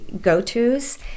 go-to's